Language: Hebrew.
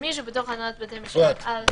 מספר הדיונים שהתקיימו